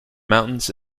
mountains